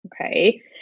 Okay